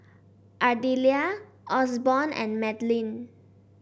Ardelia Osborne and Madlyn